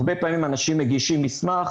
הרבה פעמים אם אנשים מגישים מסמך,